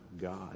God